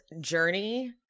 journey